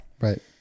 Right